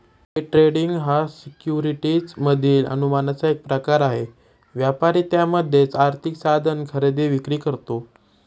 day trading हा securities मधील अनुमानाचा एक प्रकार आहे, व्यापारी त्यामध्येच आर्थिक साधन खरेदी विक्री करतो